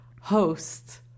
host